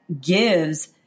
gives